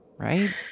right